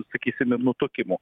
sakysim ir nutukimų